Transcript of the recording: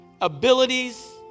abilities